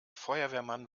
feuerwehrmann